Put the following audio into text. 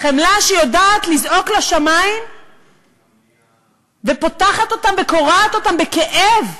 חמלה שיודעת לזעוק לשמים ופותחת אותם וקורעת אותם בכאב.